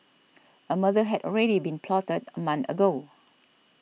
a murder had already been plotted a month ago